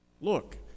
Look